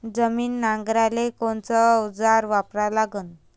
जमीन नांगराले कोनचं अवजार वापरा लागन?